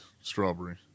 strawberry